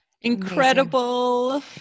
Incredible